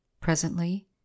Presently